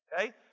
Okay